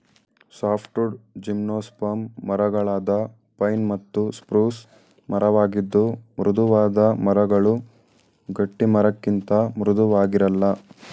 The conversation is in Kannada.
ಸಾಫ್ಟ್ವುಡ್ ಜಿಮ್ನೋಸ್ಪರ್ಮ್ ಮರಗಳಾದ ಪೈನ್ ಮತ್ತು ಸ್ಪ್ರೂಸ್ ಮರವಾಗಿದ್ದು ಮೃದುವಾದ ಮರಗಳು ಗಟ್ಟಿಮರಕ್ಕಿಂತ ಮೃದುವಾಗಿರಲ್ಲ